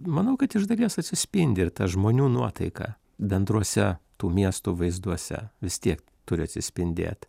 manau kad iš dalies atsispindi ir ta žmonių nuotaika bendruose tų miestų vaizduose vis tiek turi atsispindėt